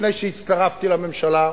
לפני שהצטרפתי לממשלה,